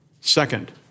Second